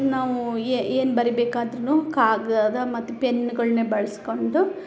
ನಾವು ಏನು ಬರಿಬೇಕಾದ್ರು ಕಾಗದ ಮತ್ತು ಪೆನ್ಗಳನ್ನೆ ಬಳಸ್ಕೊಂಡು